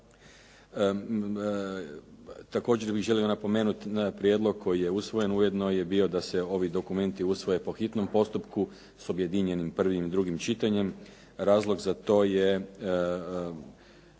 Također bih želio napomenuti da prijedlog koji je usvojen, ujedno je bio da se ovi dokumenti usvoje po hitnom postupku s objedinjenim prvim i drugim čitanjem. Razlog za to je